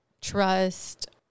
trust